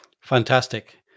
fantastic